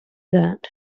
that